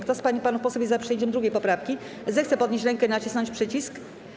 Kto z pań i panów posłów jest za przyjęciem 2. poprawki, zechce podnieść rękę i nacisnąć przycisk.